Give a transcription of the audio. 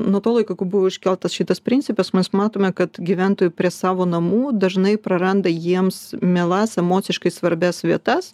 nuo to laiko kai buvo iškeltas šitas principas mes matome kad gyventojų prie savo namų dažnai praranda jiems mielas emociškai svarbias vietas